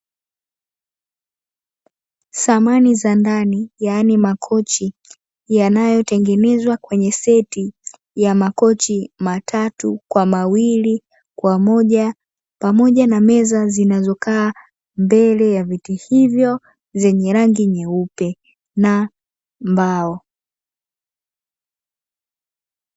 Samani za ndani, yaani makochi yanayotengenezwa kwenye seti ya makochi matatu kwa mawili, kwa moja, pamoja na meza zinazokaa mbele ya viti hivyo zenye rangi nyeupe na mbao.